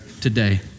today